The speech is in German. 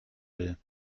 will